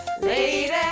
Lady